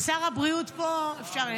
וכעת?